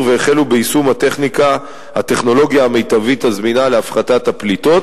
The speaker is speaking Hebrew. והחלו ביישום הטכנולוגיה המיטבית הזמינה להפחתת הפליטות.